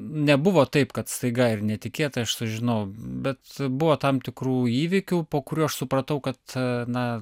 nebuvo taip kad staiga ir netikėtai aš sužinojau bet buvo tam tikrų įvykių po kurių aš supratau kad na